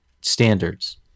standards